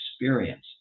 experience